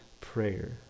prayer